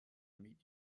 meet